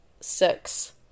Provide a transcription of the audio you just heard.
six